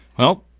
well,